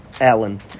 Alan